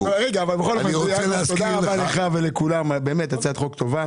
אבל תודה רבה לך ולכולם, באמת הצעת חוק טובה.